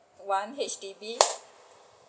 one H_D_B